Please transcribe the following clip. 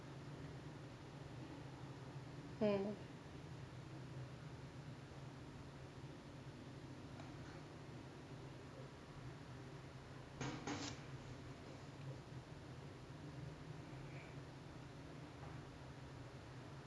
and